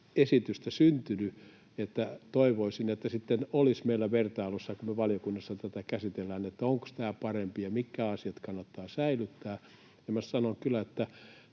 esitystä syntynyt. Toivoisin, että sitten olisi meillä vertailussa, kun me valiokunnassa tätä käsitellään, että onko tämä parempi ja mitkä asiat kannattaa säilyttää. Minä sanon kyllä, että